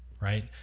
Right